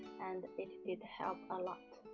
and it did help a lot